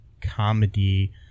comedy